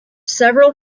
several